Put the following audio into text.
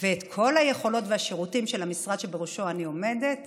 ואת כל היכולות והשירותים של המשרד שבראשו אני עומדת